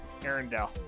Arendelle